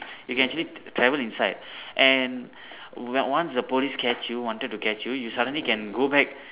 you can actually travel inside and once the police catch you wanted to catch you you suddenly can go back